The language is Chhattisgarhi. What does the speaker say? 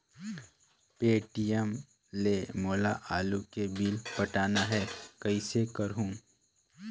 पे.टी.एम ले मोला आलू के बिल पटाना हे, कइसे करहुँ?